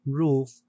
roof